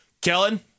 Kellen